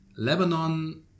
Lebanon